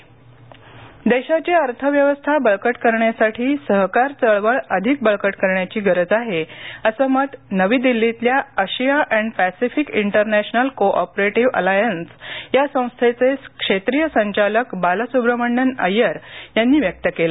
वॅम्निकॉम देशाची अर्थव्यवस्था बळकट करण्यासाठी सहकार चळवळ अधिक बळकट करण्याची गरज आहे असं मत नवी दिल्लीतल्या Asia and Pacific International Cooperative Alliance या संस्थेचे क्षेत्रीय संचालक बालासुब्रमणीअन अय्यर यांनी व्यक्त केलं